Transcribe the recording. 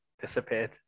disappeared